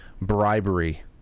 bribery